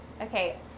Okay